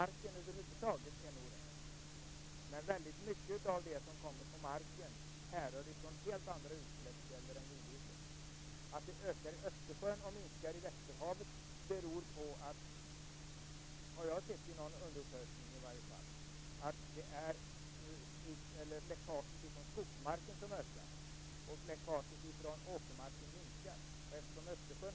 Läckaget av närsalter har stabiliserats men inte minskats. Ser man på de totala utsläppen i dag så kommer man upp till den nivån.